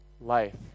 life